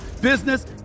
business